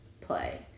play